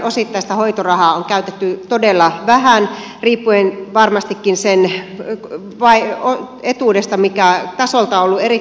osittaista hoitorahaa on käytetty todella vähän riippuen varmastikin etuudesta mikä tasoltaan on ollut erittäin pieni